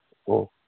ꯑꯣ